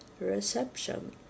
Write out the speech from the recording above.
reception